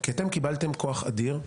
כי אתם קיבלתם כוח אדיר,